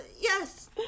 Yes